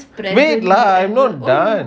wait lah I not done